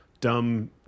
dumb